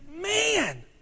man